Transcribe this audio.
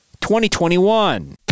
2021